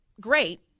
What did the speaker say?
great